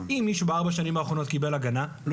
אם מישהו ב-4 השנים האחרונות קיבל הגנה אני